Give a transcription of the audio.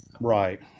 Right